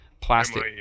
plastic